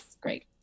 great